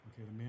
Okay